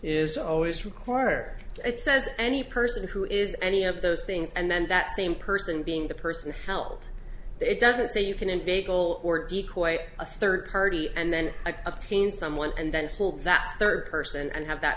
is always required it says any person who is any of those things and then that same person being the person held it doesn't say you can and bagel or decoys a third party and then a teen someone and then pull that third person and have that